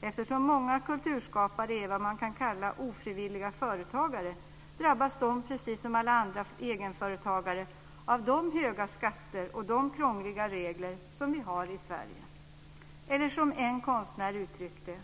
Eftersom många kulturskapare är vad man kan kalla ofrivilliga företagare drabbas de precis som alla andra egenföretagare av de höga skatter och de krångliga regler som vi har i Sverige, eller som en konstnär uttryckte det: